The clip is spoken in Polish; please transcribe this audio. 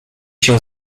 się